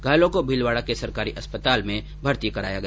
घायलों को भीलवाडा के सरकारी अस्पताल में भर्ती कराया गया